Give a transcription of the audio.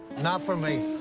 not for me.